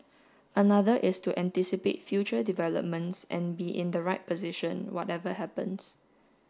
another is to anticipate future developments and be in the right position whatever happens